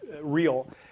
real